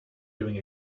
doing